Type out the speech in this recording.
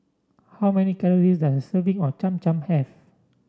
how many calories does a serving of Cham Cham have